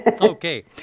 Okay